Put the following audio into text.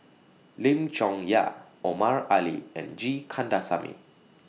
Lim Chong Yah Omar Ali and G Kandasamy